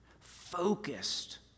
Focused